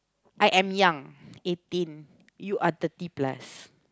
I am young eighteen you are thirty plus